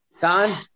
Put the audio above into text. Don